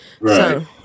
Right